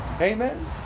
Amen